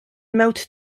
mewt